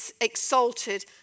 exalted